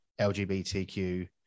LGBTQ